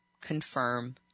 confirm